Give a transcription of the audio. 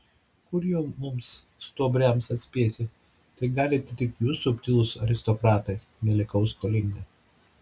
kur jau mums stuobriams atspėti tai galite tik jūs subtilūs aristokratai nelikau skolinga